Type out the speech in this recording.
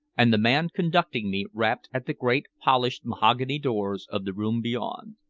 and the man conducting me rapped at the great polished mahogany doors of the room beyond.